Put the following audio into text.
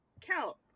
count